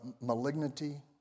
malignity